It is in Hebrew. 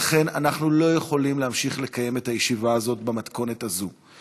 ולכן אנחנו לא יכולים להמשיך לקיים את הישיבה הזאת במתכונת הזאת.